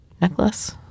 necklace